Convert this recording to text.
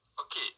okay